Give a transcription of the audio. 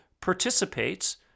participates